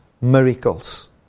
miracles